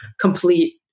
complete